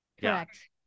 Correct